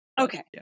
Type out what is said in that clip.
okay